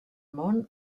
món